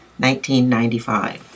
1995